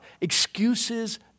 Excuses